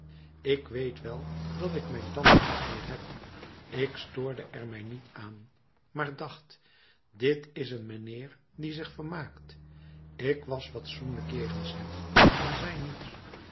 ik weet wel dat ik mijn tanden niet meer heb ik stoorde er mij niet aan maar dacht dit is een mijnheer die zich vermaakt ik was fatsoenlijk jegens hem en zei niets